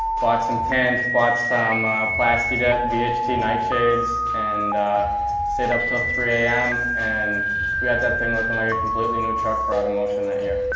bought some tint, bought some plastidip vht nite-shades, and stayed up til three am and we had that thing looking like a completely new truck for automotion that year.